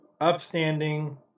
upstanding